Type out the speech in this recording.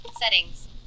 Settings